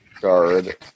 guard